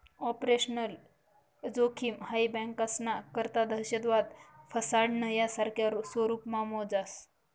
operational जोखिम हाई बँकास्ना करता दहशतवाद, फसाडणं, यासारखा स्वरुपमा मोजास